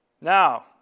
Now